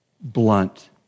blunt